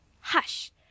Hush